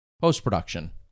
post-production